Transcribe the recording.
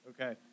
Okay